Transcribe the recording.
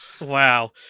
Wow